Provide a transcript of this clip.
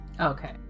Okay